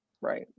Right